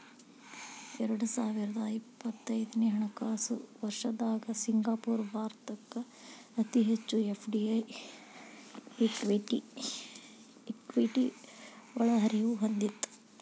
ಎರಡು ಸಾವಿರದ ಇಪ್ಪತ್ತೊಂದನೆ ಹಣಕಾಸು ವರ್ಷದ್ದಾಗ ಸಿಂಗಾಪುರ ಭಾರತಕ್ಕ ಅತಿ ಹೆಚ್ಚು ಎಫ್.ಡಿ.ಐ ಇಕ್ವಿಟಿ ಒಳಹರಿವು ಹೊಂದಿತ್ತ